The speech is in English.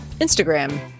Instagram